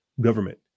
government